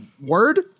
word